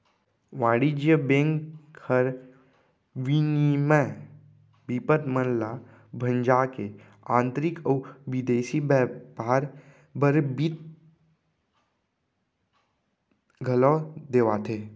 वाणिज्य बेंक हर विनिमय बिपत मन ल भंजा के आंतरिक अउ बिदेसी बैयपार बर बित्त घलौ देवाथे